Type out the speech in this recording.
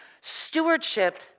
Stewardship